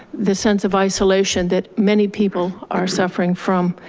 the sense of isolation that many people are suffering from.